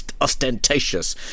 ostentatious